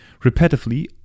repetitively